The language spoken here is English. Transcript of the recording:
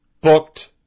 booked